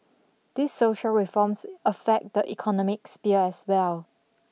these social reforms affect the economic sphere as well